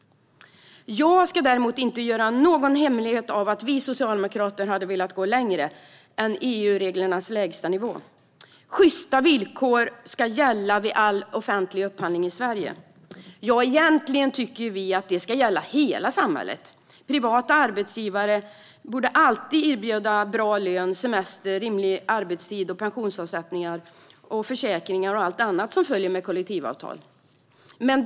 Jag ska däremot inte göra någon hemlighet av att vi socialdemokrater hade velat gå längre än EU-reglernas lägstanivå. Sjysta villkor ska gälla vid all offentlig upphandling i Sverige. Egentligen tycker vi förstås att det ska gälla i hela samhället. Privata arbetsgivare borde alltid erbjuda bra lön, semester, rimlig arbetstid, pensionsavsättningar, försäkringar och allt annat som följer med kollektivavtalet.